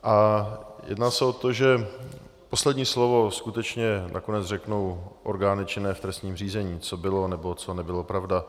A jedná se o to, že poslední slovo skutečně nakonec řeknou orgány činné v trestním řízení, co bylo nebo co nebylo pravda.